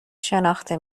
شناخته